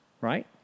Right